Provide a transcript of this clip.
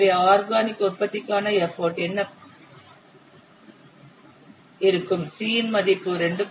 எனவே ஆர்கானிக் உற்பத்திக்கான எப்போட் என்னவாக இருக்கும் c இன் மதிப்பு 2